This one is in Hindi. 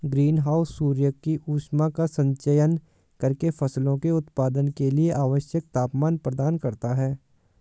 ग्रीन हाउस सूर्य की ऊष्मा का संचयन करके फसलों के उत्पादन के लिए आवश्यक तापमान प्रदान करता है